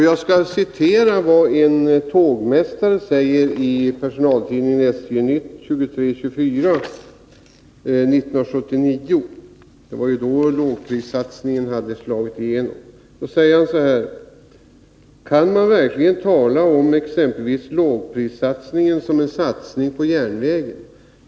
Jag skall citera vad en tågmästare säger i personaltidningen SJ-nytt nr 23-24 1979. Det var ju då lågprissatsningen hade slagit igenom. ”Kan man verkligen tala om exempelvis lågprissatsningen som en satsning på järnvägen?